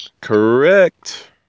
Correct